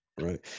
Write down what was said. Right